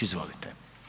Izvolite.